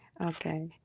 Okay